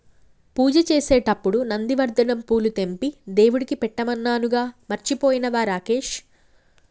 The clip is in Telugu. పూజ చేసేటప్పుడు నందివర్ధనం పూలు తెంపి దేవుడికి పెట్టమన్నానుగా మర్చిపోయినవా రాకేష్